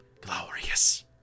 glorious